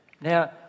Now